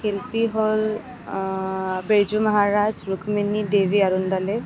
শিল্পী হ'ল বিৰজু মহাৰাজ ৰুক্মিণী দেৱী অৰুন্দলে